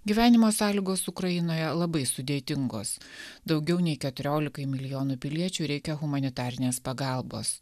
gyvenimo sąlygos ukrainoje labai sudėtingos daugiau nei keturiolikai milijonų piliečių reikia humanitarinės pagalbos